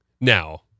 now